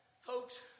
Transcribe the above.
folks